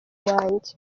wanjye